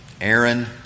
Aaron